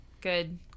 Good